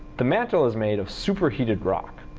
the mantle is made of superheated rock.